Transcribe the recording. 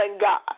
God